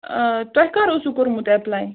آ تۄہہِ کَر اوسوٕ کوٚرمُت ایٚپلاے